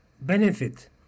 benefit